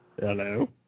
Hello